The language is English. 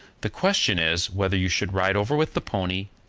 the question is, whether you should ride over with the pony,